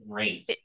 Great